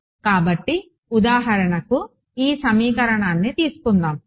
కాబట్టి ఉదాహరణకు ఈ సమీకరణాన్ని తీసుకుందాం